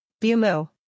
Bumu